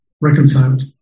reconciled